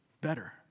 better